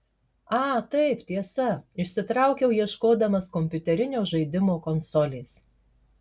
a taip tiesa išsitraukiau ieškodamas kompiuterinio žaidimo konsolės